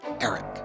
Eric